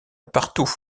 partout